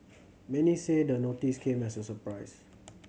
many say the notice came as a surprise